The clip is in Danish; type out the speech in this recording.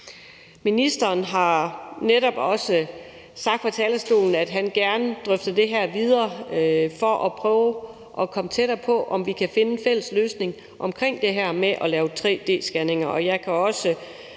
Ministeren har netop sagt fra talerstolen, at han gerne drøfter det her videre for at prøve at komme tættere på, at vi kan finde en fælles løsning på det her med at lave tre-d-scanninger,